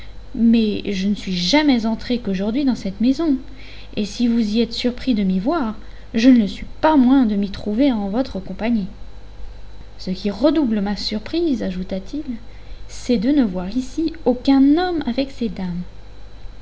mais je ne suis jamais entré qu'aujourd'hui dans cette maison et si vous êtes surpris de m'y voir je ne le suis pas moins de m'y trouver en votre compagnie ce qui redouble ma surprise ajouta-til c'est de ne voir ici aucun homme avec ces dames